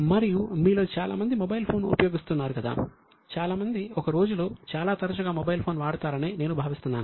మరియు మీలో చాలామంది మొబైల్ ఫోన్ను ఉపయోగిస్తున్నారు కదా చాలామంది ఒక రోజులో చాలా తరచుగా మొబైల్ ఫోన్ వాడతారని నేను భావిస్తున్నాను